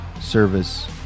service